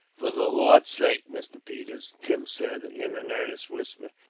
for the lord's sake, mr. peters, tim said, in an earnest whisper,